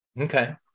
Okay